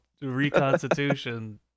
reconstitution